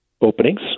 openings